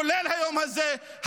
כולל היום הזה,